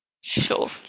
sure